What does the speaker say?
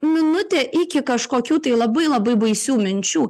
minutė iki kažkokių tai labai labai baisių minčių